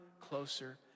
closer